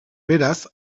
beraz